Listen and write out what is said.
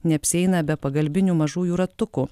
neapsieina be pagalbinių mažųjų ratukų